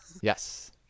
Yes